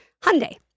Hyundai